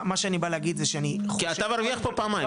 מה שאני בא להגיד זה שאני --- כי אתה מרוויח פה פעמיים,